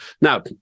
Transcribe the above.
now